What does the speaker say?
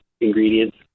ingredients